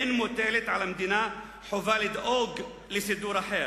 אין מוטלת על המדינה חובה לדאוג לסידור אחר.